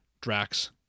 Drax